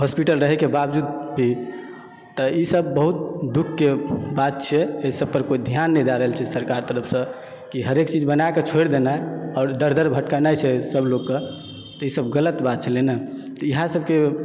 hospital रहै के बावजूद भी तऽ ई सब बहुत दुःख की बात छियै अय पर कोय ध्यान नै दाय रहल छै सरकार के तरफ सऽ हरेक चीज बना कऽ छोइर देनाय दरदर भटकनाय छै सब लोग कऽ ई सब गलत बात छियै ने इएह सब के